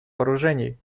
вооружений